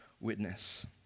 witness